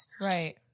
right